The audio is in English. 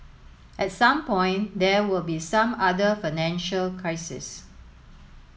at some point there will be some other financial crises